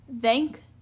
Thank